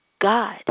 God